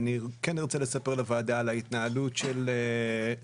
כן ארצה לספר לוועדה על ההתנהלות שלנו,